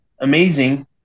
amazing